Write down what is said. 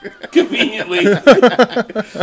Conveniently